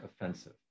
offensive